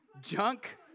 Junk